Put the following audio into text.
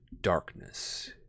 darkness